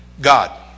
God